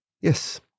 Yes